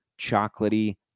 chocolatey